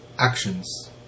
actions